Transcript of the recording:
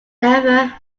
never